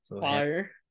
Fire